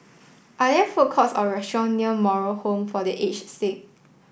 are there food courts or restaurant near Moral Home for The Aged Sick